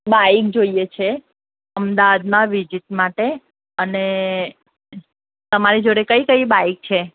bike જોઈએ છે અમદાવાદમાં વિઝિટ માટે અને તમારી જોડે કઇ કઇ બાઈક છે